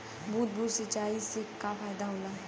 बूंद बूंद सिंचाई से का फायदा होला?